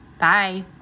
Bye